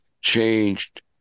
changed